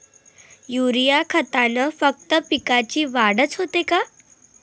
Urea खतानं फक्त पिकाची वाढच होते का?